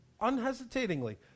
unhesitatingly